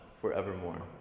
forevermore